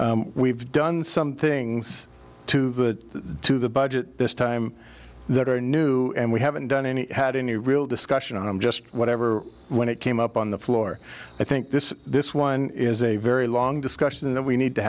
done some things to the to the budget this time that are new and we haven't done any had any real discussion i'm just whatever when it came up on the floor i think this this one is a very long discussion and we need to